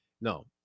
No